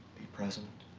be present.